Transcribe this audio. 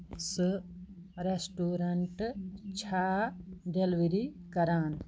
سُہ رٮ۪سٹورَنٛٹ چھا ڈِلؤری کران